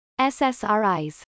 SSRIs